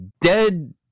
dead